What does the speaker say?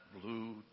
blue